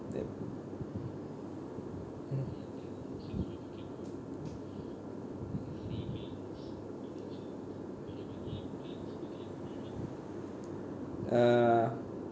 yup uh